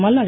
Malladi